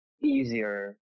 easier